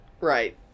Right